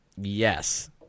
yes